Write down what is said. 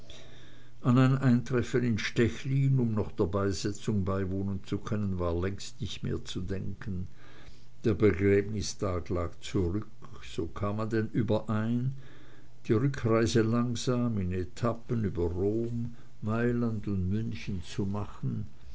an ein eintreffen in stechlin um noch der beisetzung beiwohnen zu können war längst nicht mehr zu denken der begräbnistag lag zurück so kam man denn überein die rückreise langsam in etappen über rom mailand und münchen machen